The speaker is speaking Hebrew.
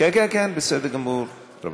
כן, כן, כן, בסדר גמור, רבותי.